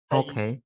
okay